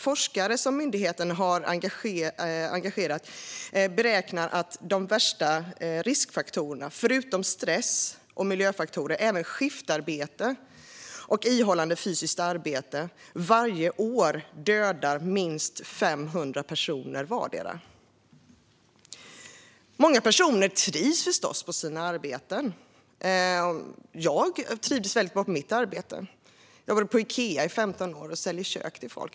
Forskare som myndigheten engagerat beräknar att de värsta riskfaktorerna - förutom stress och miljöfaktorer även skiftarbete och ihållande fysiskt arbete - varje år dödar minst 500 personer vardera. Många människor trivs förstås på sina arbeten. Jag trivdes väldigt bra på mitt arbete. Jag jobbade på Ikea i 15 år och sålde kök till folk.